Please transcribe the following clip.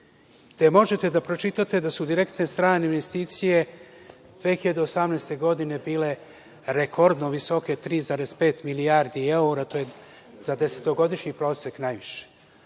gde možete da pročitate da su direktne strane investicije 2018. godine bile rekordno visoke, 3,5 milijardi evra, to je za desetogodišnji prosek najviše.